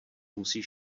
musí